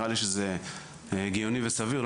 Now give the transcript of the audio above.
נראה לי שזה הגיוני וסביר,